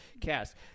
cast